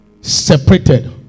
separated